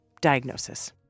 Diagnosis